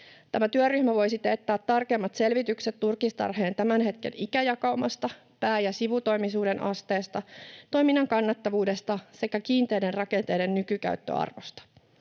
Tämä työryhmä voisi teettää tarkemmat selvitykset turkistarhojen tämän hetken ikäjakaumasta, pää- ja sivutoimisuuden asteesta, toiminnan kannattavuudesta sekä kiinteiden rakenteiden nykykäyttöarvosta.